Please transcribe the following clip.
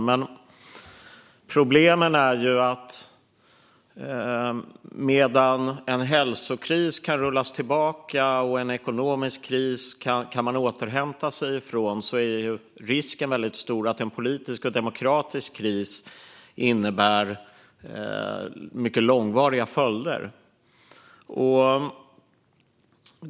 Men problemet är att medan en hälsokris kan rullas tillbaka och man kan återhämta sig från en ekonomisk kris är risken väldigt stor att en politisk och demokratisk kris får mycket långvariga följder.